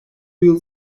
yıl